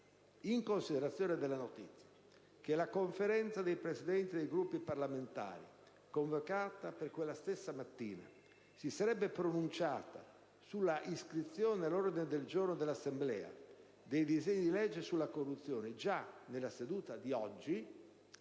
in considerazione della notizia che la Conferenza dei Presidenti dei Gruppi parlamentari, convocata per quella stessa mattina, si sarebbe pronunciata sulla iscrizione all'ordine del giorno dell'Assemblea dei disegni di legge sulla corruzione già nella seduta di oggi,